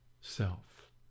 self